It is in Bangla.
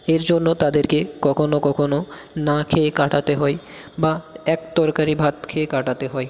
এর জন্য তাদেরকে কখনও কখনও না খেয়ে কাটাতে হয় বা এক তরকারি ভাত খেয়ে কাটাতে হয়